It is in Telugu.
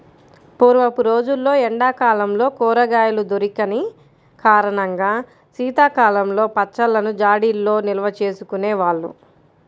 పూర్వపు రోజుల్లో ఎండా కాలంలో కూరగాయలు దొరికని కారణంగా శీతాకాలంలో పచ్చళ్ళను జాడీల్లో నిల్వచేసుకునే వాళ్ళు